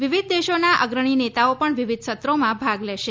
વિવિધ દેશોના અગ્રણી નેતાઓ પણ વિવિધ સત્રોમાં ભાગ લેશે